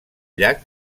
llac